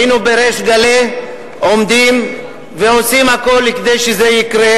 היינו בריש גלי עומדים ועושים הכול כדי שזה יקרה,